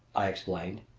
i explained.